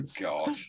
God